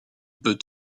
peut